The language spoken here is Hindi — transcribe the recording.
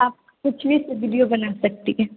आप कुछ भी वीडियो बना सकते हैं